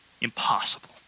impossible